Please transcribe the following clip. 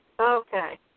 Okay